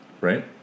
Right